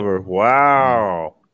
Wow